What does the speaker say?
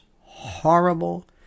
horrible